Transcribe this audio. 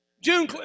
June